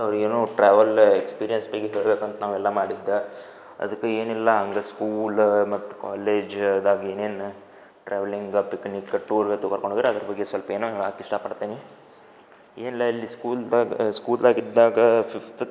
ಅವ್ರು ಏನೋ travel experience ಬಗ್ಗೆ ಬರಿಬೇಕಂತೆ ನಾವೆಲ್ಲಾ ಮಾಡಿದ್ದ ಅದ್ಕ ಏನಿಲ್ಲಾ ಹಂಗ್ ಸ್ಕೂಲ್ ಮತ್ತು ಕಾಲೇಜ್ದಾಗ ಏನೇನು ಟ್ರಾವೆಲಿಂಗ್ ಪಿಕ್ನಿಕ್ ಟೂರ್ ತ ಕರ್ಕೊಂಡು ಹೋಗಿದ್ರ್ ಅದ್ರ ಬಗ್ಗೆ ಸೊಲ್ಪ ಏನೊ ಹೇಳಾಕೆ ಇಷ್ಟ ಪಡ್ತೀನಿ ಏನ್ಲಾ ಇಲ್ಲಿ ಸ್ಕೂಲ್ದಾಗ ಸ್ಕೂಲ್ದಾಗ ಇದ್ದಾಗ ಫಿಫ್ತ್ಕ್